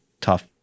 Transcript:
tough